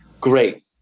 great